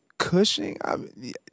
Cushing